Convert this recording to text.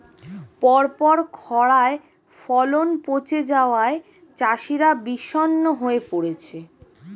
পরপর খড়ায় ফলন পচে যাওয়ায় চাষিরা বিষণ্ণ হয়ে পরেছে